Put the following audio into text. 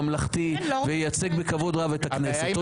ממלכתי וייצג בכבוד רב את הכנסת.